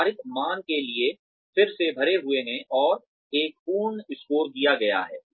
निर्धारित मान किए गए फिर से भरे हुए हैं और एक पूर्ण स्कोर दिया गया है